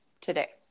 today